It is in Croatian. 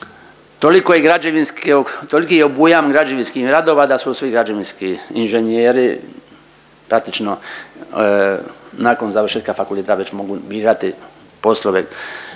toliki je obujam građevinskih radova da su svi građevinski inženjeri praktično nakon završetka fakulteta već mogu birati poslove